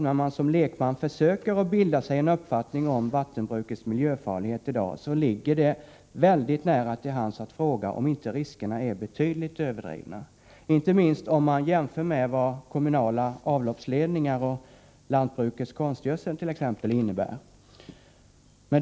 När man som lekman försöker bilda sig en uppfattning om hur farligt vattenbruket i dag är för miljön, ligger det väldigt nära till hands att fråga om inte riskerna därvidlag är betydligt överdrivna, särskilt om man jämför med vad t.ex. kommunala avloppsledningar och lantbrukets användning av konstgödsel innebär när det gäller miljön.